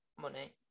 money